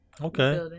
Okay